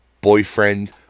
boyfriend